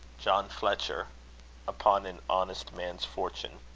john fletcher upon an honest man's fortune.